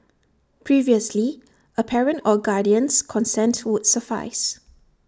previously A parent or guardian's consent would suffice